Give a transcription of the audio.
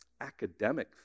academic